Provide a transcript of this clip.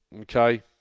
okay